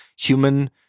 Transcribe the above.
human –